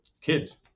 kids